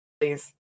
Please